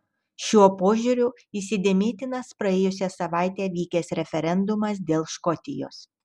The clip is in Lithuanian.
šiuo požiūriu įsidėmėtinas praėjusią savaitę vykęs referendumas dėl škotijos